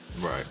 right